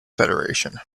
federation